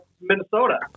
Minnesota